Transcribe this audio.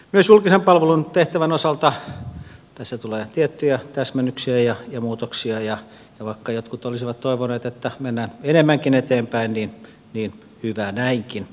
myös julkisen palvelun tehtävän osalta tässä tulee tiettyjä täsmennyksiä ja muutoksia ja vaikka jotkut olisivat toivoneet että mennään enemmänkin eteenpäin niin hyvä näinkin